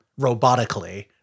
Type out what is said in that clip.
robotically